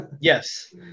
Yes